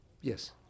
Yes